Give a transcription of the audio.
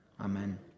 Amen